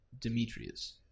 Demetrius